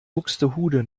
buxtehude